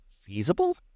feasible